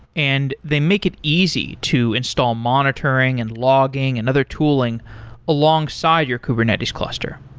and they make it easy to install monitoring and logging and other tooling alongside your kubernetes cluster.